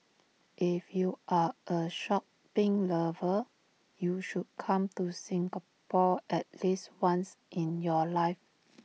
if you are A shopping lover you should come to Singapore at least once in your life